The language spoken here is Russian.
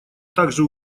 также